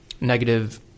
negative